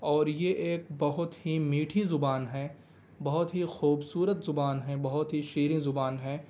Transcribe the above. اور یہ ایک بہت ہی میٹھی زبان ہے بہت ہی خوبصورت زبان ہے بہت ہی شیریں زبان ہے